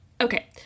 okay